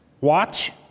Watch